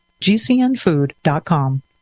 GCNfood.com